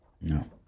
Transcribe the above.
No